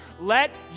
let